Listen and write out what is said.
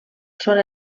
són